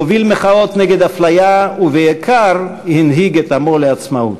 הוביל מחאות נגד אפליה ובעיקר הנהיג את עמו לעצמאות.